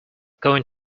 going